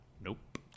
Nope